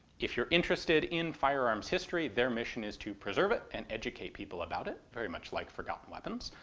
if you're interested in firearms history, their mission is to preserve it and educate people about it, very much like forgotten weapons.